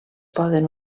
poden